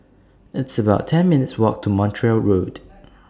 It's about ten minutes' Walk to Montreal Road